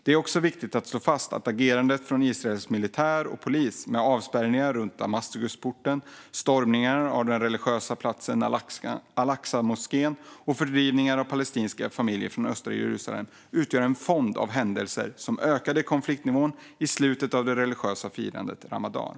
Det är också viktigt att slå fast att agerandet från Israels militär och polis med avspärrningar runt Damaskusporten, stormningen av den religiösa platsen al-Aqsa-moskén och fördrivningen av palestinska familjer från östra Jerusalem utgör en fond av händelser som ökade konfliktnivån i slutet av det religiösa firandet av ramadan.